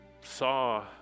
saw